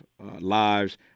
lives